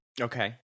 Okay